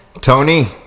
Tony